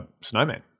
snowman